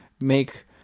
make